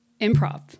improv